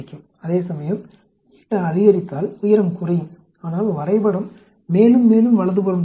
அதேசமயம் அதிகரித்தால் உயரம் குறையும் ஆனால் வரைபடம் மேலும் மேலும் வலதுபுறம் தள்ளப்படும்